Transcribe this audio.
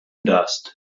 dust